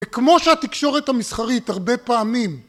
וכמו שהתקשורת המסחרית, הרבה פעמים...